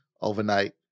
overnight